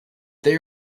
they